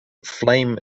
flame